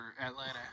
Atlanta